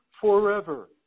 forever